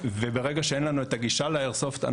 וברגע שאין לנו את הגישה לאיירסופט,